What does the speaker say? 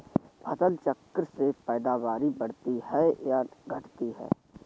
फसल चक्र से पैदावारी बढ़ती है या घटती है?